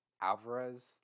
Alvarez